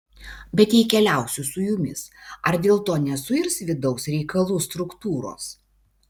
bet jei keliausiu su jumis ar dėl to nesuirs vidaus reikalų struktūros